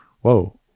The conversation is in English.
whoa